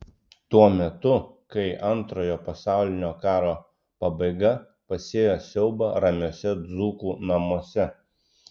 tuo metu kai antrojo pasaulinio karo pabaiga pasėjo siaubą ramiuose dzūkų namuose